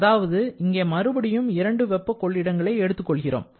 அதாவது இங்கே மறுபடியும் இரண்டு வெப்ப கொள்ளிடங்களை எடுத்துக் கொள்கிறோம்